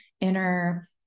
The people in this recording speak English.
inner